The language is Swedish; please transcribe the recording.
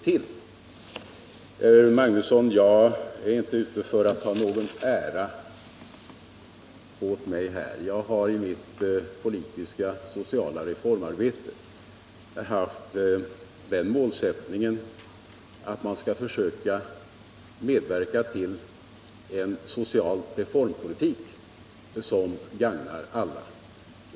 Jag är inte, herr Magnusson, ute efter att ta åt mig någon ära. Jag har i mitt politiska och sociala reformarbete haft målsättningen att försöka medverka till en social reformpolitik som gagnar alla.